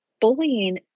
Bullying